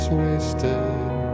wasted